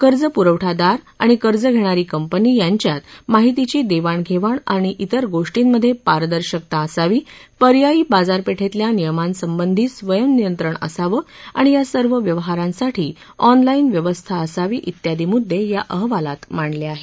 कर्जपुरवठा दार आणि कर्ज घेणारी कंपनी यांच्यात माहितीची देवाणधेवाण आणि ाजेर गोष्टींमधे पारदर्शकता असावी पर्यायी बाजारपेठेतल्या नियमांसंबंधी स्वनियंत्रण असावं आणि यासर्व व्यवहारांसाठी ऑनलाईन व्यवस्था असावी त्यादी मुद्दे या अहवालात मांडले आहेत